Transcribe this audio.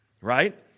right